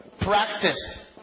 practice